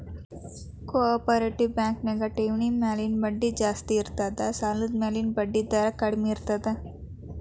co operative bank ನ್ಯಾಗ ಠೆವ್ಣಿ ಮ್ಯಾಲಿನ್ ಬಡ್ಡಿ ಜಾಸ್ತಿ ಇರ್ತದ ಸಾಲದ್ಮ್ಯಾಲಿನ್ ಬಡ್ಡಿದರ ಕಡ್ಮೇರ್ತದ